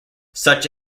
such